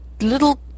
little